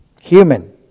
Human